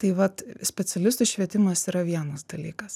tai vat specialistų švietimas yra vienas dalykas